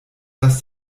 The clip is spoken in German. dass